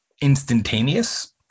instantaneous